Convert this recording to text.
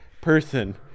person